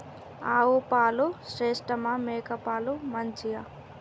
ఆవు పాలు శ్రేష్టమా మేక పాలు మంచియా?